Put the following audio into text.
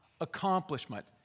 accomplishment